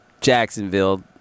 Jacksonville